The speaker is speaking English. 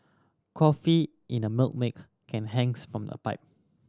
coffee in a Milk make can hangs from a pipe